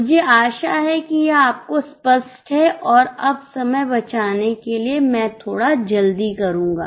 मुझे आशा है कि यह आपको स्पष्ट है और अब समय बचाने के लिए मैं थोड़ा जल्दी करूंगा